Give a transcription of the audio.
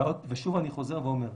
ושוב אני חוזר ואומר,